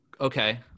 okay